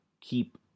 keep